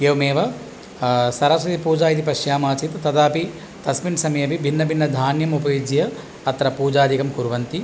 एवमेव सरस्वतीपूजा इति पश्यामः चेत् तदापि तस्मिन् समयेऽपि भिन्नं भिन्नं धान्यम् उपयुज्य अत्र पूजादिकं कुर्वन्ति